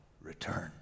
return